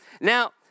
Now